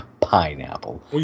pineapple